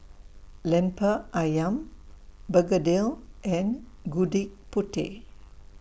Lemper Ayam Begedil and Gudeg Putih